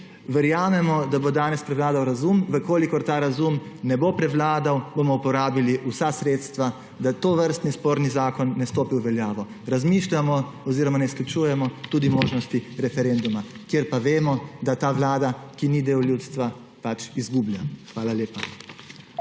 Verjamemo, da bo danes prevladal razum. Če ta razum ne bo prevladal, bomo uporabili vsa sredstva, da tovrstni sporni zakon ne stopi v veljavo. Razmišljamo oziroma ne izključujemo tudi možnosti referenduma, kjer pa vemo, da ta vlada, ki ni del ljudstva, pač izgublja. Hvala lepa.